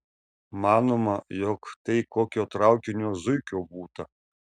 manoma jog tai kokio traukinio zuikio būta